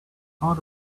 ought